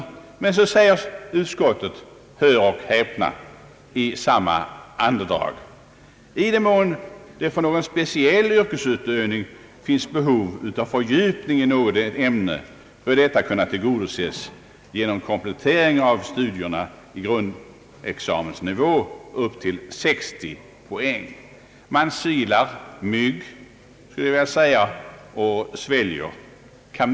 I samma andedrag säger utskottet emellertid — hör och häpna: »I den mån det för någon speciell yrkesutövning finns behov av fördjupning i något äm ne bör detta kunna tillgodoses genom komplettering av studierna i grundexamensnivå upp till 60 poäng.» Man silar mygg och sväljer kameler, skulle jag vilja säga.